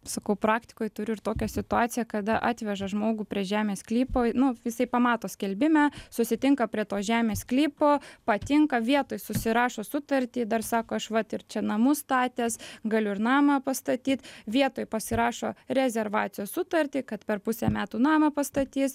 sakau praktikoj turiu ir tokią situaciją kada atveža žmogų prie žemės sklypo nuo jisai pamato skelbime susitinka prie tos žemės sklypo patinka vietoj susirašo sutartį dar sako aš vat ir čia namus statęs galiu ir namą pastatyt vietoj pasirašo rezervacijos sutartį kad per pusę metų namą pastatys